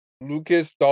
Lucas